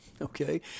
okay